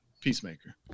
Peacemaker